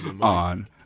on